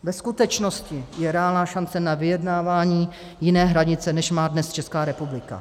Ve skutečnosti je reálná šance na vyjednávání jiné hranice, než má dnes Česká republika.